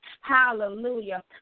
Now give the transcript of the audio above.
Hallelujah